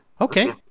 Okay